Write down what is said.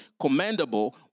commendable